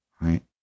right